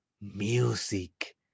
music